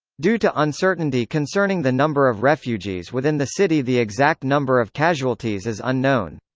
due to uncertainty concerning the number of refugees within the city the exact number of casualties is unknown.